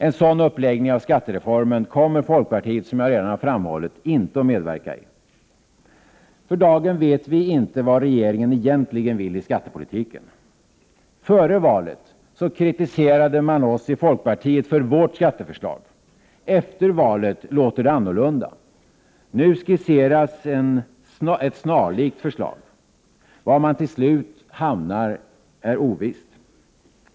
En sådan uppläggning av skattereformen kommer folkpartiet, som jag redan har framhållit, inte att medverka i. För dagen vet vi inte vad regeringen egentligen vill i skattepolitiken. Före valet kritiserade man oss i folkpartiet för vårt skatteförslag. Efter valet låter det annorlunda. Nu skisseras ett snarlikt förslag. Var man till slut hamnar är ovisst.